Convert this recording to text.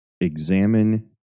Examine